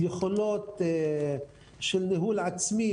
יכולות של ניהול עצמי.